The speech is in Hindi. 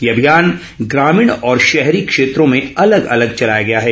ये अभियान ग्रामीण और शहरी क्षेत्रों में अलग अलग चलाया गया है